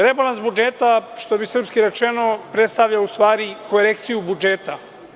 Rebalans budžeta, srpski rečeno, predstavlja u stvari korekciju budžeta.